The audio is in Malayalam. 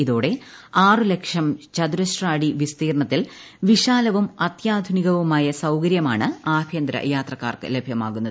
ഇതോടെ ആറു ലക്ഷം ചതുരശ്ര അടി വിസ്തീർണ്ണത്തിൽ വിശാലവും അത്യാധുനികവുമായ സൌകര്യമാണ് ആഭ്യന്തര യാത്രക്കാർക്ക് ലഭ്യമാകുന്നത്